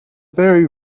very